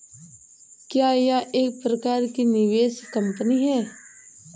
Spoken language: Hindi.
क्या यह एक प्रकार की निवेश कंपनी है?